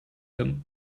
him